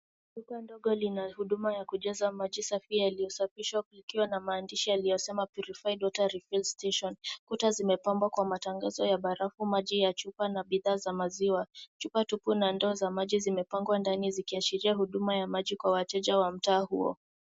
Duka ndogo lina huduma ya kujaza maji safi yaliyosafishwa likiwa na maandishi yanayosema purified water refill station . Kuta zimepambwa kwa matangazo ya barafu, maji ya chupa, na bidhaa za maziwa. Chupa tupu, na ndoo za maji zimepangwa ndani zikiashiria huduma za maji kwa wateja wa mtaa huo.